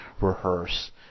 rehearse